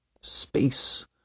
space